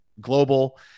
global